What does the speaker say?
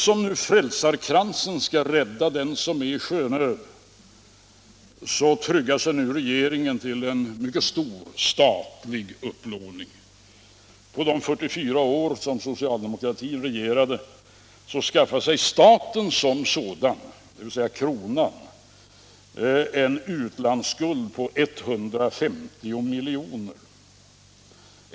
Eftersom frälsarkransen skall rädda den som är i sjönöd, tryggar sig nu regeringen till en mycket stor statlig upplåning. Under de 44 år som socialdemokratin regerade skaffade sig staten som sådan, dvs. kronan, en utlandsskuld på 150 milj.kr.